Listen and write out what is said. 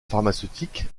pharmaceutique